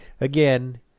again